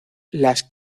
las